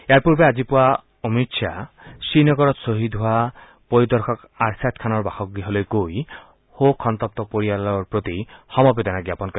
ইয়াৰ পূৰ্বে আজি পুৱা অমিত খাহে শ্ৰীনগৰত ছহিদ হোৱা পৰিদৰ্শক আৰ্ছাদ খানৰ বাসগৃহলৈ গৈ শোকসন্তপ্ত পৰিয়ালৰ প্ৰতি সমবেদনা জ্ঞাপন কৰে